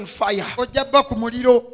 fire